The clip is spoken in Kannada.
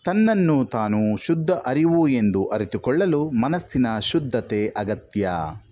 ತನ್ನನ್ನು ತಾನು ಶುದ್ಧ ಅರಿವು ಎಂದು ಅರಿತುಕೊಳ್ಳಲು ಮನಸ್ಸಿನ ಶುದ್ಧತೆ ಅಗತ್ಯ